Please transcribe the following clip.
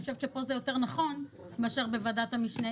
אני חושבת שפה זה יותר נכון מאשר בוועדת המשנה,